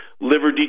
liver